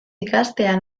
ikastea